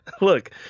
Look